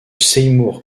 seymour